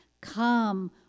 come